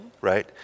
right